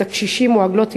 את הקשישים או עגלות תינוק,